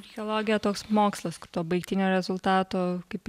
archeologija toks mokslas kur to baigtinio rezultato kaip